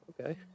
okay